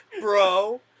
Bro